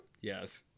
yes